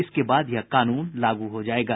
इसके बाद यह कानून लागू हो जायेगा